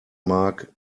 mark